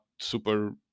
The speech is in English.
super